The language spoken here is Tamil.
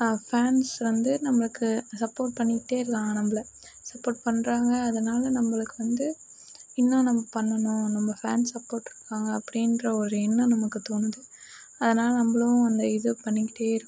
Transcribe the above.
ஃபேன்ஸ் வந்து நமக்கு சப்போர்ட் பண்ணிக்கிட்டேயிருக்காங்க நம்பள சப்போர்ட் பண்ணுறாங்க அதனால நம்பளுக்கு வந்து என்ன நம்ப பண்ணனும் நம்ப ஃபேன் சப்போர்ட் இருக்காங்க அப்படின்ற ஒரு எண்ணம் நமக்கு தோணுது அதனால நம்பளும் அந்த இதை பண்ணிக்கிட்டேயிருக்கோம்